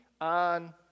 on